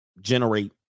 generate